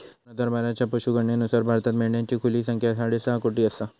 दोन हजार बाराच्या पशुगणनेनुसार भारतात मेंढ्यांची खुली संख्या साडेसहा कोटी आसा